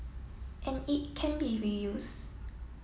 and it can be reuse